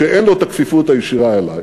כשאין לו הכפיפות הישירה אלי,